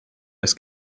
oes